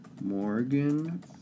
Morgan